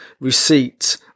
receipt